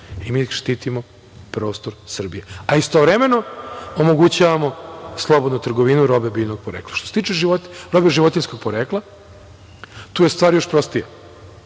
i mi štitimo prostor Srbije, dok istovremeno omogućavamo slobodnu trgovinu robe biljnog porekla. Što se tiče robe životinjskog porekla, tu je stvar još prostija,